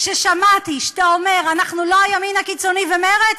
כששמעתי שאתה אומר: אנחנו לא הימין הקיצוני ומרצ,